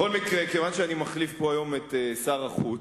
בכל מקרה, כיוון שאני מחליף פה היום את שר החוץ,